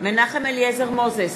מנחם אליעזר מוזס,